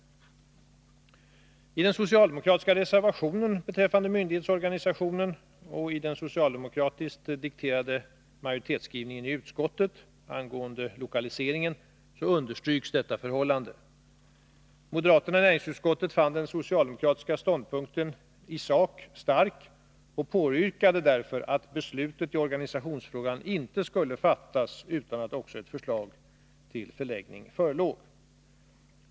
I den socialdemokratiska reservationen beträffande myndighetsorganisationen och i den socialdemokratiskt dikterade majoritetskrivningen i utskottet angående lokaliseringen understryks detta förhållande. Moderaterna i näringsutskottet fann den socialdemokratiska ståndpunkten i sak stark och påyrkade därför att beslutet i organisationsfrågan inte skulle fattas utan att också ett förslag till förläggning förelåg.